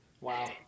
Wow